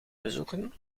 bezoeken